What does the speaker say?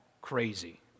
crazy